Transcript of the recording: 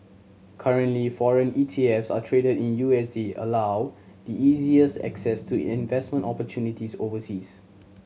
currently foreign E T F s are traded in U S D allow the easiest access to investment opportunities overseas